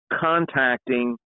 contacting